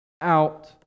out